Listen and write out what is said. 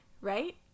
right